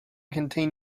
contain